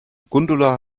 gundula